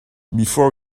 before